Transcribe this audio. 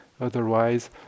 otherwise